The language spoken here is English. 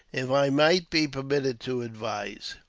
if i might be permitted to advise,